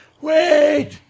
wait